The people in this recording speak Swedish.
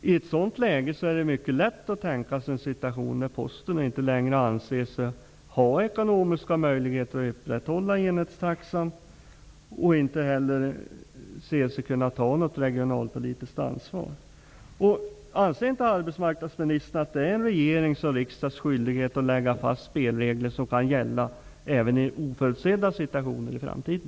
I ett sådant läge är det mycket lätt att tänka sig en situation då Posten inte längre anser sig ha ekonomiska möjligheter att upprätthålla enhetstaxan och inte heller anser sig kunna ta något regionalpolitiskt ansvar. Anser inte arbetsmarknadsministern att det är regeringens och riksdagens skyldighet att lägga fast spelregler som kan gälla även i oförutsedda situationer i framtiden?